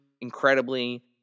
incredibly